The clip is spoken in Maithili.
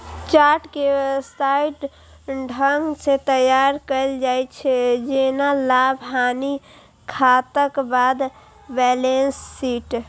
चार्ट कें व्यवस्थित ढंग सं तैयार कैल जाइ छै, जेना लाभ, हानिक खाताक बाद बैलेंस शीट